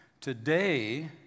Today